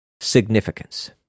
significance